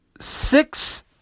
Six